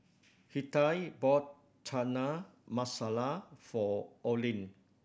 Hettie bought Chana Masala for Olin